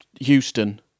Houston